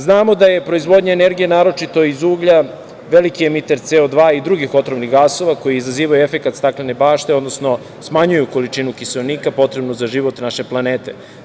Znamo da je proizvodnja energije naročito iz uglja veliki emiter CO2, i drugih otrovnih gasova koji izazivaju efekat staklene bašte, odnosno smanjuju količinu kiseonika potrebnu za život naše planete.